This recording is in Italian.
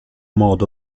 modo